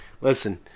Listen